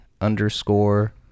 underscore